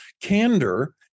Candor